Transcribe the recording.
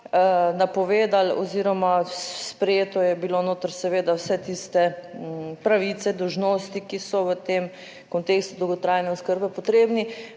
napovedali oziroma sprejeto je bilo noter seveda vse tiste pravice, dolžnosti, ki so v tem kontekstu dolgotrajne oskrbe potrebni,